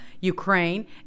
Ukraine